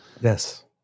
yes